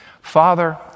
Father